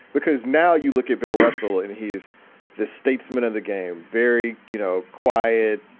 because now you look at bill russell and he's the statesman of the game very, you know, quiet,